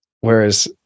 whereas